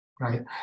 Right